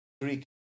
Greek